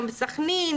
גם בסכנין,